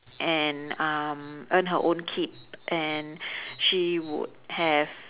and um earn her own keep and she would have